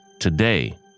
Today